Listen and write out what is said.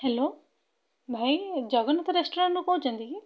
hello ଭାଇ Jagannath restaurant ରୁ କହୁଛନ୍ତି କି